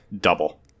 Double